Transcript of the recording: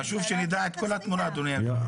חשוב שנדע את כל התמונה, אדוני היושב-ראש.